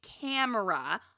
camera